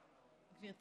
שנים.